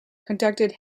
conducted